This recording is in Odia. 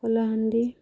କଳାହାଣ୍ଡି